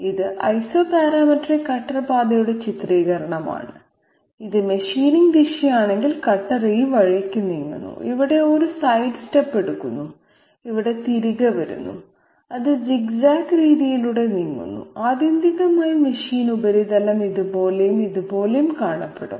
ഇത് isoparametric cutter പാതയുടെ ചിത്രീകരണമാണ് ഇത് മെഷീനിംഗ് ദിശയാണെങ്കിൽ കട്ടർ ഈ വഴിക്ക് നീങ്ങുന്നു ഇവിടെ ഒരു സൈഡ്സ്റ്റെപ്പ് എടുക്കുന്നു ഇവിടെ തിരികെ വരുന്നു അത് സിഗ് സാഗ് രീതിയിലൂടെ നീങ്ങുന്നു ആത്യന്തികമായി മെഷീൻ ഉപരിതലം ഇതുപോലെയും ഇതുപോലെയും കാണപ്പെടും